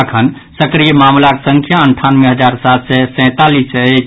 अखन सक्रिय मामिलाक संख्या अंठानवे हजार सात सय सैंतालीस अछि